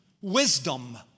wisdom